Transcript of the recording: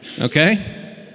Okay